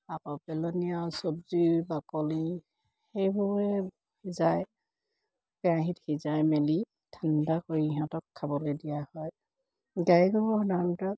আকৌ পেলনীয়া আৰু চব্জিৰ বাকলি সেইবোৰে সিজাই কেৰাহীত সিজাই মেলি ঠাণ্ডা কৰি সিহঁতক খাবলৈ দিয়া হয় গাই গৰুৰ সাধাৰণতে